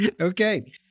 Okay